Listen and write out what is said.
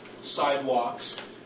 sidewalks